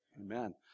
Amen